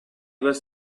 was